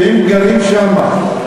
והם גרים שמה.